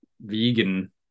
vegan